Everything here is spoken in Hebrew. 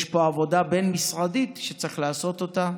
יש פה עבודה בין-משרדית שצריך לעשות אותה,